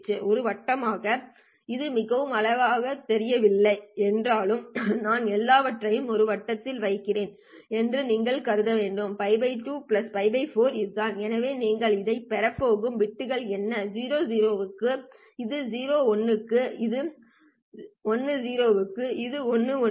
ஒரு வட்டமாக இது மிகவும் அழகாகத் தெரியவில்லை என்றாலும் நான் எல்லாவற்றையும் ஒரு வட்டத்தில் வைக்கிறேன் என்று நீங்கள் கருத வேண்டும் π 2 π 4 இதுதான் எனவே நீங்கள் இதைப் பெறப் போகும் பிட்கள் என்ன 00 க்கு இது 01 க்கு இது 10 க்கு இது 11 க்கு